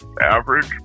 average